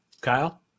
Kyle